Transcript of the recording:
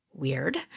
Weird